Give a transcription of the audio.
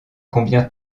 combien